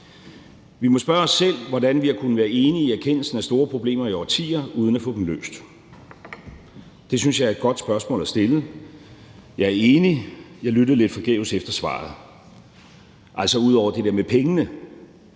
Vi må spørge os selv, hvordan vi har kunnet være enige om erkendelsen af store problemer i årtier uden at få dem løst. Det synes jeg er et godt spørgsmål at stille. Jeg er enig, men jeg lyttede lidt forgæves efter svaret, altså ud over det der med pengene.